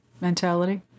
mentality